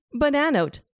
Bananote